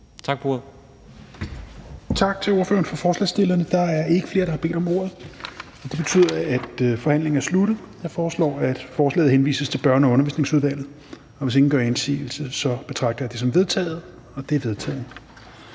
Tak for ordet.